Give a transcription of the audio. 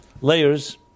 Layers